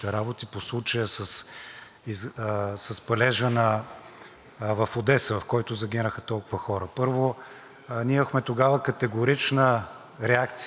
ние имахме тогава категорична реакция, която беше отправена и към правителството на Украйна тогава, и към Съвета на министрите на външните работи.